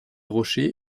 rochers